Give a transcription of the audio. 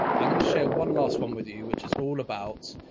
i'm going to share one last one with you, which is all about,